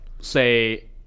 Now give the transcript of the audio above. say